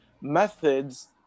methods